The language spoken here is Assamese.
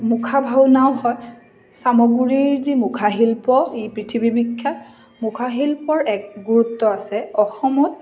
মুখা ভাওনাও হয় চামগুৰীৰ যি মুখাশিল্প ই পৃথিৱী বিখ্যাত মুখাশিল্পৰ এক গুৰুত্ব আছে অসমত